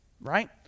right